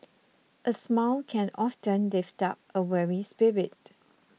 a smile can often lift up a weary spirit